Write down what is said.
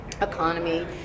economy